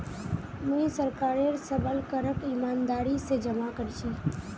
मुई सरकारेर सबल करक ईमानदारी स जमा कर छी